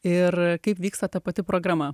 ir kaip vyksta ta pati programa